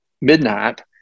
midnight